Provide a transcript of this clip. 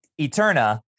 Eterna